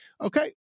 okay